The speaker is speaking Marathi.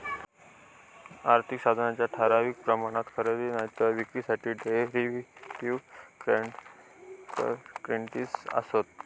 आर्थिक साधनांच्या ठराविक प्रमाणात खरेदी नायतर विक्रीसाठी डेरीव्हेटिव कॉन्ट्रॅक्टस् आसत